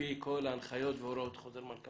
לפי כל ההנחיות והוראות חוזר מנכ"ל.